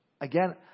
Again